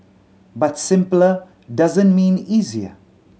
but simpler doesn't mean easier